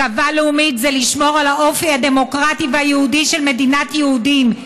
גאווה לאומית זה לשמור על האופי הדמוקרטי והיהודי של מדינת היהודים,